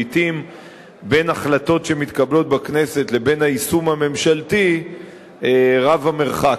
לעתים בין החלטות שמתקבלות בכנסת לבין היישום הממשלתי רב המרחק.